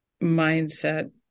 mindset